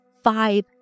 Five